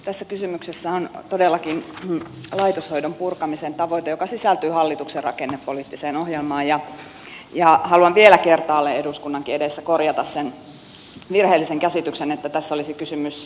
tässä kysymyksessä on todellakin laitoshoidon purkamisen tavoite joka sisältyy hallituksen rakennepoliittiseen ohjelmaan ja haluan vielä kertaalleen eduskunnankin edessä korjata sen virheellisen käsityksen että tässä olisi kysymys säästöstä